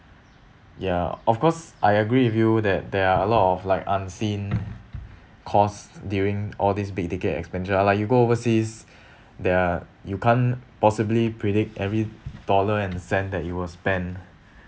ya of course I agree with you that there are a lot of like unseen course during all this big ticket expenditure ah like you go overseas there are you can't possibly predict every dollar and cent that you will spend